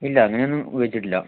ഇല്ല അങ്ങനെയൊന്നും ഉപയോഗിച്ചിട്ടില്ല